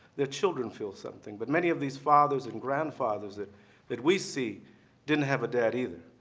their children feel something. but many of these fathers and grandfathers that that we see didn't have a dad either.